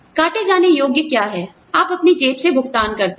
काटे जाने योग्य क्या है आप अपनी जेब से भुगतान करते हैं